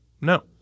no